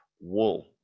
wool